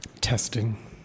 Testing